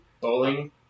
Bowling